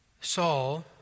Saul